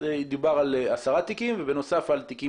דובר על עשרה תיקים ובנוסף על תיקים